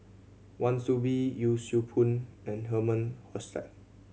Wan Soon Bee Yee Siew Pun and Herman Hochstadt